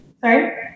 Sorry